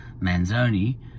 Manzoni